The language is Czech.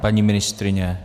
Paní ministryně?